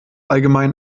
allgemein